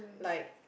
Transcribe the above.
like